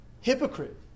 Hypocrite